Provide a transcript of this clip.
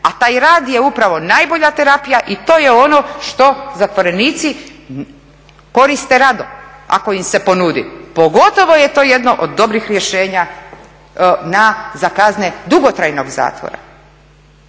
A taj rad je upravo najbolja terapija i to je ono što zatvorenici koriste rado ako im se ponudi, pogotovo je to jedno od dobrih rješenja na za kazne dugotrajnog zatvora.